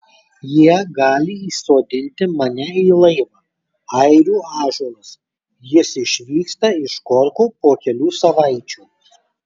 jie gali įsodinti mane į laivą airių ąžuolas jis išvyksta iš korko po kelių savaičių